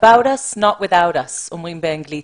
about us not without us אומרים באנגלית,